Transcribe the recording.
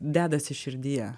dedasi širdyje